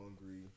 hungry